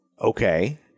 Okay